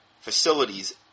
facilities